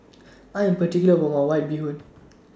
I Am particular about My White Bee Hoon